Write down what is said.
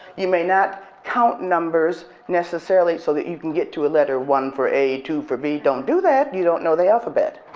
you may not count numbers necessarily so that you can get to a letter, one for a, two for b don't do that. you don't know the alphabet.